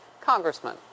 congressman